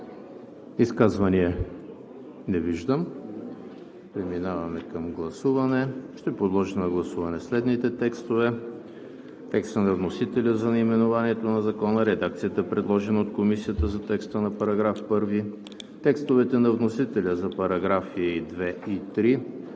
Изказвания? Не виждам. Преминаваме към гласуване. Ще подложа на гласуване следните текстове: текста на вносителя за наименованието на Закона; редакцията, предложена от Комисията за текста на § 1; текстовете на вносителя за параграфи 2 и 3;